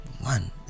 one